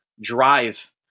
drive